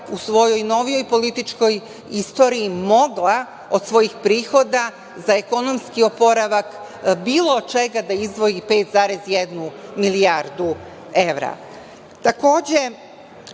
u svojoj novijoj političkoj istoriji mogla od svojih prihoda za ekonomski oporavak, od bilo čega, da izdvoji 5,1 milijardu